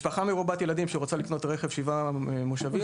משפחה מרובת ילדים שרוצה לקנות רכב עם שבעה מושבים,